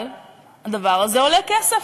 אבל הדבר הזה עולה כסף.